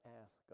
ask